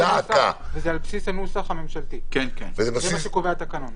וזה על בסיס הנוסח הממשלתי, זה מה שקובע התקנון.